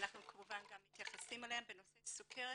אנחנו גם מתייחסים אליהם בנושא הסוכרת,